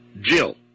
Jill